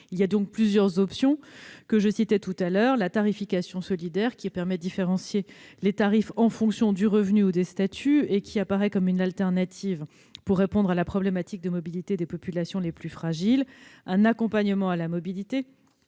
à l'heure plusieurs options : la tarification solidaire, qui permet de différencier les tarifs en fonction du revenu ou des statuts et qui apparaît comme une alternative pour répondre à la problématique de mobilité des populations les plus fragiles ; un accompagnement à la mobilité,